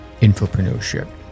infopreneurship